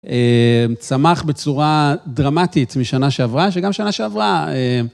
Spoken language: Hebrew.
צמח בצורה דרמטית משנה שעברה, שגם שנה שעברה.